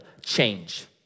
change